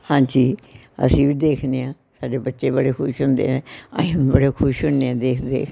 ਹਾਂਜੀ ਅਸੀਂ ਵੀ ਦੇਖਦੇ ਹਾਂ ਸਾਡੇ ਬੱਚੇ ਬੜੇ ਖੁਸ਼ ਹੁੰਦੇ ਹੈ ਅਸੀਂ ਵੀ ਬੜੇ ਖੁਸ਼ ਹੁੰਦੇ ਹਾਂ ਦੇਖ ਦੇਖ